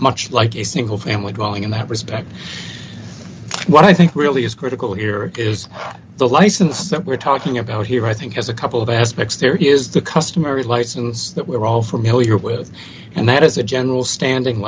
much like a single family dwelling in that respect what i think really is critical here is the license that we're talking about here i think there's a couple of aspects there is the customary license that we're all familiar with and that is a general standing